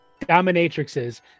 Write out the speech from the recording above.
dominatrixes